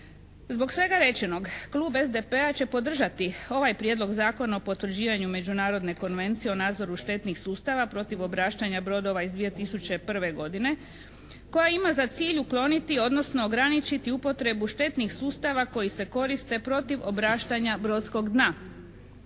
Zbog svega rečenog klub SDP-a će podržati ovaj Prijedlog Zakona o potvrđivanju Međunarodne konvencije o nadzoru štetnih sustava protiv obraštanja brodova iz 2001. godine koja ima za cilj ukloniti, odnosno ograničiti upotrebu štetnih sustava koji se koriste protiv obraštanja brodskog dna.